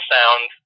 Sound